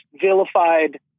vilified